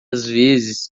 vezes